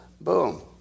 Boom